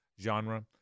genre